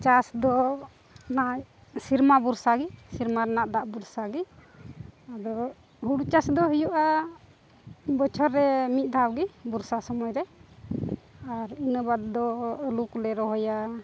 ᱪᱟᱥ ᱫᱚ ᱱᱚᱜᱼᱚᱸᱭ ᱥᱮᱨᱢᱟ ᱵᱷᱚᱨᱥᱟ ᱜᱮ ᱥᱮᱨᱢᱟ ᱨᱮᱱᱟᱜ ᱫᱟᱜ ᱵᱷᱚᱨᱥᱟ ᱜᱮ ᱟᱫᱚ ᱦᱳᱲᱳ ᱪᱟᱥ ᱫᱚ ᱦᱩᱭᱩᱜᱼᱟ ᱵᱚᱪᱷᱚᱨ ᱨᱮ ᱢᱤᱫ ᱫᱷᱟᱣ ᱜᱮ ᱵᱚᱨᱥᱟ ᱥᱚᱢᱚᱭ ᱨᱮ ᱟᱨ ᱤᱱᱟᱹ ᱵᱟᱫ ᱫᱚ ᱟᱹᱞᱩ ᱠᱚᱞᱮ ᱨᱚᱦᱚᱭᱟ